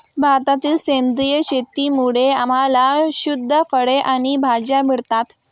भारतातील सेंद्रिय शेतीमुळे आम्हाला शुद्ध फळे आणि भाज्या मिळतात